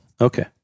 Okay